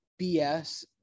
BS